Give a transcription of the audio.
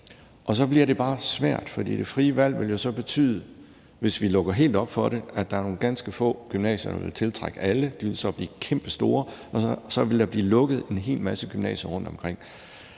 og så bliver det bare svært, for det frie valg vil jo så betyde, hvis vi lukker helt op for det, at der er nogle ganske få gymnasier, der vil tiltrække alle, og de vil så blive kæmpestore, og så vil der blive lukket en hel masse gymnasier rundtomkring.